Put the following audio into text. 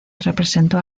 representó